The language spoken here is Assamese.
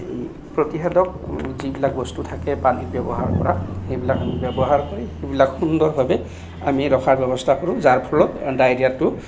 প্ৰতিষেধক যিবিলাক বস্তু থাকে পানীত ব্যৱহাৰ কৰা সেইবিলাক আমি ব্যৱহাৰ কৰি সেইবিলাক সুন্দৰভাৱে আমি ৰখাৰ ব্যৱস্থা কৰোঁ যাৰ ফলত ডায়েৰীয়াটো